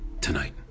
tonight